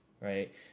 right